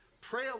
pray